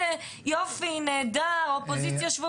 אין מספיק כוח אדם אז איך יש לנו